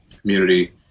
community